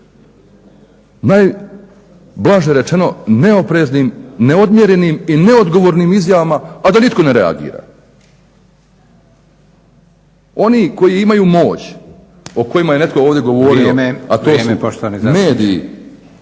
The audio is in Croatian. najblaže rečeno neopreznim, neodmjerenim i neodgovornim izjavama a da nitko ne reagira. Oni koji imaju moć, o kojima je netko ovdje govorio, a to su mediji,